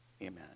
Amen